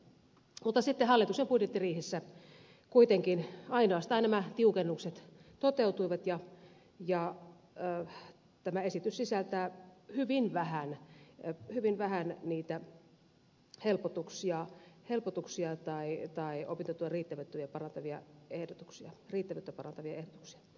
mutta sitten hallituksen budjettiriihessä kuitenkin ainoastaan nämä tiukennukset toteutuivat ja tämä esitys sisältää hyvin vähän helpotuksia tai opintotuen riittävyyttä parantavia ehdotuksia riittävä tapa panee usa e